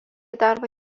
darbą